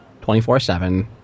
24-7